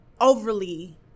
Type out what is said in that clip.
overly